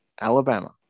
Alabama